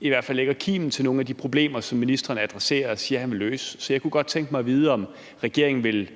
i hvert fald lægger kimen til nogle af de problemer, som ministeren adresserer og siger han vil løse. Så jeg kunne godt tænke mig at vide, om regeringen vil